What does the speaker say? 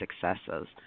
successes